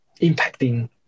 impacting